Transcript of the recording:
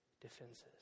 defenses